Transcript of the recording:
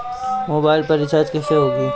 Mobile पर recharge कैसे होखी?